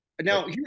Now